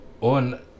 On